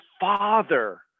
father